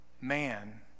man